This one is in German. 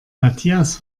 matthias